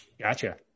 Gotcha